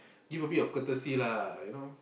give a bit of courtesy lah you know